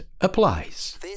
applies